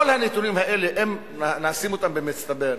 כל הנתונים האלה, אם נשים אותם במצטבר,